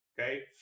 okay